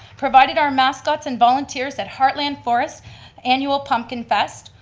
provided our mascots and volunteers at heartland forest's annual pumpkin fest,